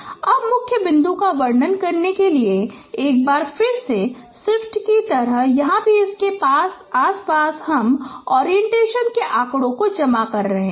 अब मुख्य बिंदु का वर्णन करने के लिए एक बार फिर से सिफ्ट की तरह यहाँ भी इसके आस पास हम ओरिएंटेशन के आंकड़ों को जमा कर रहे हैं